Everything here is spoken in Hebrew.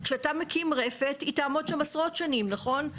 כשאתה מקים רפת, היא תעמוד שם עשרות שנים, נכון?